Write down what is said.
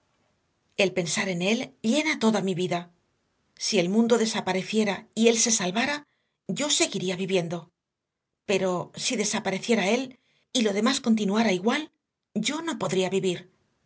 el pensar en él llena toda mi vida si el mundo desapareciera y él se salvara yo seguiría viviendo pero si desapareciera él y lo demás continuara igual yo no podría vivir